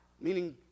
meaning